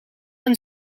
aan